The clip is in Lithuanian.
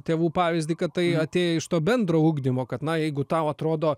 tėvų pavyzdį kad tai atėję iš to bendro ugdymo kad na jeigu tau atrodo